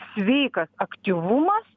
sveikas aktyvumas